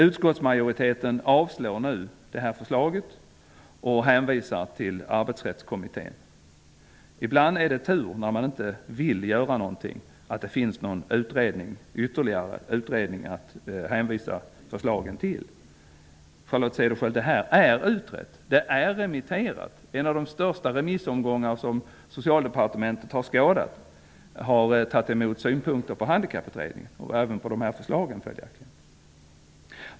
Utskottsmajoriteten avstyrker nu detta förslag och hänvisar till Arbetsrättskommittén. När man inte vill göra någonting är det tur att det finns ytterligare utredningar att hänvisa förslagen till. Ärendet är utrett och remitterat, Charlotte Cederschiöld! I en av de största remissomgångar som Socialdepartementet har skådat har det lämnats synpunkter på Handikapputredningen och följaktligen även på förslagen.